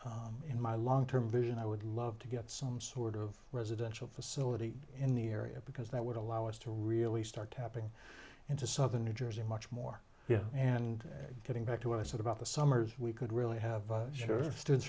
in my long term vision i would love to get some sort of residential facility in the area because that would allow us to really start tapping into southern new jersey much more yeah and getting back to what i said about the summers we could really have sure students